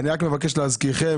אני רק מבקש להזכירכם,